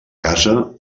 casa